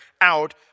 out